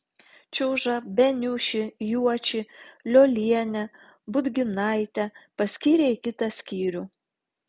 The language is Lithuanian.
čiužą beniušį juočį liolienę budginaitę paskyrė į kitą skyrių